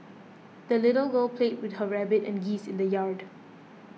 the little girl played with her rabbit and geese in the yard